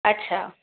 अच्छा